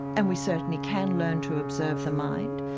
and we certainly can learn to observe the mind.